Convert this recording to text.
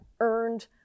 earned